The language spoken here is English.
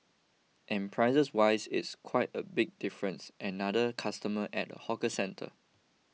and prices wise it's quite a big difference another customer at a hawker centre